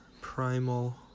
primal